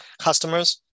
customers